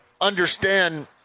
understand